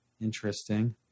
interesting